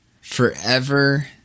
forever